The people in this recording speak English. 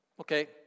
Okay